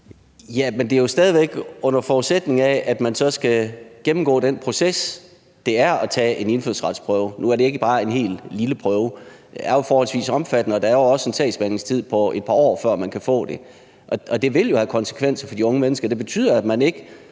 det er jo stadig væk under forudsætning af, at man så skal gennemgå den proces, det er at tage en indfødsretsprøve. Nu er det ikke bare en lille prøve – den er forholdsvis omfattende, og der er jo også en sagsbehandlingstid på et par år, før man kan få det. Og det vil jo have konsekvenser for de unge mennesker.